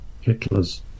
Hitler's